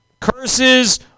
curses